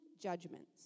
judgments